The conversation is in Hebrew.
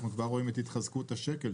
אנחנו כבר רואים את התחזקות השקל,